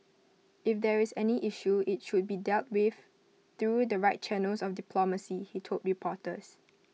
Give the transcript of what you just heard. if there is any issue IT should be dealt with through the right channels of diplomacy he told reporters